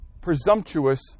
presumptuous